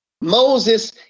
Moses